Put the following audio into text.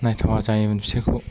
नायथावा जायोमोन बिसोरखौ